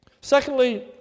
Secondly